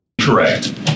Correct